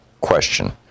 Question